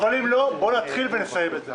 אבל אם לא בואו נתחיל ונסיים את זה.